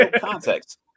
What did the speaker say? context